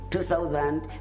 2000